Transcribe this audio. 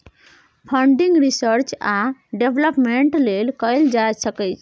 funding research आ development लेल कएल जाइ छै